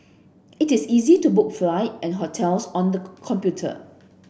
it is easy to book flight and hotels on the computer